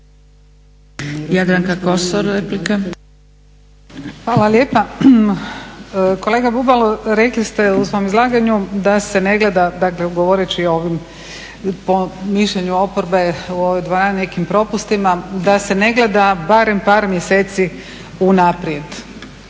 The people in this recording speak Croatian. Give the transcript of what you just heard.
Hvala lijepa. Kolega Bubalo, rekli ste u svom izlaganju da se ne gleda, dakle govoreći o ovim, po mišljenju oporbe o ovim nekim propustima da se ne gleda barem par mjeseci unaprijed.